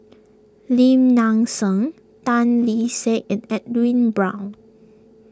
Lim Nang Seng Tan Kee Sek and Edwin Brown